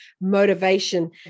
motivation